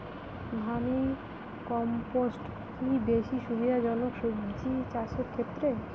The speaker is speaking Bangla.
ভার্মি কম্পোষ্ট কি বেশী সুবিধা জনক সবজি চাষের ক্ষেত্রে?